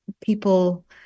people